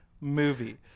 movie